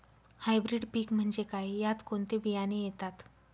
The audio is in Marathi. हायब्रीड पीक म्हणजे काय? यात कोणते बियाणे येतात?